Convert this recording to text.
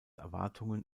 erwartungen